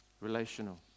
relational